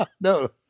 No